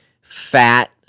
fat